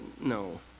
no